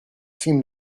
seemed